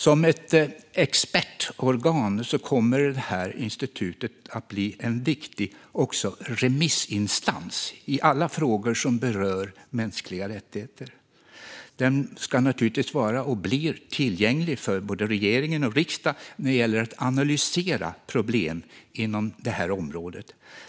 Som expertorgan kommer institutet också att bli en viktig remissinstans i alla frågor som berör mänskliga rättigheter. Institutet ska naturligtvis vara, och blir, tillgängligt för både regering och riksdag när det gäller att analysera problem inom området.